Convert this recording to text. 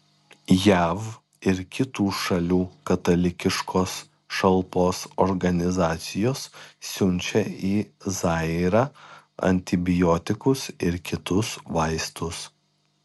jav ir kitų šalių katalikiškos šalpos organizacijos siunčia į zairą antibiotikus ir kitus vaistus